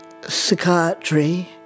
psychiatry